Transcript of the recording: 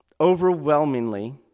Overwhelmingly